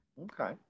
okay